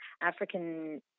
African